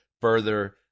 further